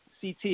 CT